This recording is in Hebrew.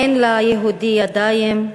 אין ליהודי ידיים?